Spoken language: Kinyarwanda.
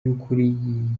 y’ukuri